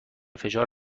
فشار